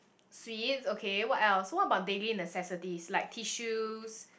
sweets okay what else what about daily necessities like tissues